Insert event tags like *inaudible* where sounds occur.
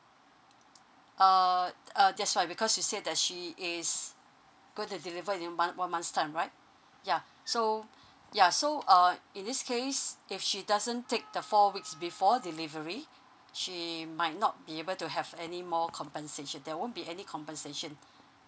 uh uh that's right because she said that she is going to deliver in month one month's time right ya so ya so uh in this case if she doesn't take the four weeks before delivery she might not be able to have any more compensation there won't be any compensation *breath*